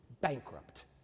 bankrupt